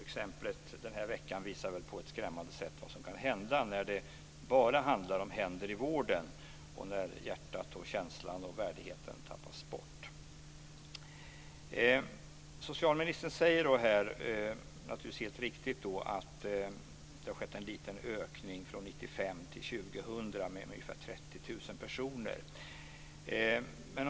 Exemplet den här veckan visar på ett skrämmande sätt vad som kan hända när det bara handlar om händer i vården och när hjärtat, känslan och värdigheten tappas bort. Socialministern säger - vilket naturligtvis är helt riktigt - att det har skett en liten ökning från 1995 till 2000 med ungefär 30 000 personer.